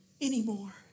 anymore